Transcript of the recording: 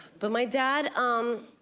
but my dad, um.